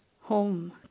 home